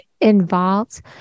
involved